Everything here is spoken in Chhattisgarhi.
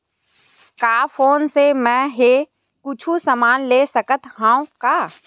का फोन से मै हे कुछु समान ले सकत हाव का?